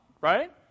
right